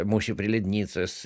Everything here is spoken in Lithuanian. mūšį prie lednicos